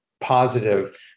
positive